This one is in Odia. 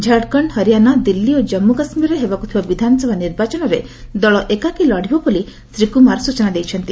ଝାଡ଼ଖଣ୍ଡ ହରିୟାଣା ଦିଲ୍ଲୀ ଓ କମ୍ମୁ କାଶ୍ମୀରରେ ହେବାକୁ ଥିବା ବିଧାନସଭା ନିର୍ବାଚନରେ ଦଳ ଏକାକୀ ଲଢ଼ିବ ବୋଲି ଶ୍ରୀ କୁମାର ସୂଚନା ଦେଇଛନ୍ତି